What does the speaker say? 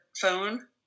phone